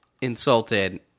insulted